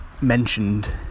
mentioned